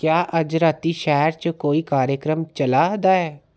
क्या अज्ज रातीं शैह्र च कोई कार्यक्रम चला दा ऐ